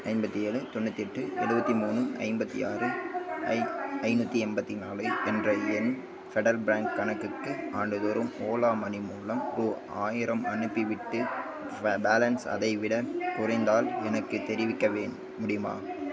ஐம்பத்து ஏழு தொண்ணூற்றி எட்டு எழுவத்தி மூணு ஐம்பத்து ஆறு ஐ ஐந்நூற்றி எண்பத்தி நாலு என்ற என் ஃபெடரல் பேங்க் கணக்குக்கு ஆண்டுதோறும் ஓலா மணி மூலம் ரூபா ஆயிரம் அனுப்பிவிட்டு பே பேலன்ஸ் அதைவிடக் குறைந்தால் எனக்குத் தெரிவிக்க வேண் முடியுமா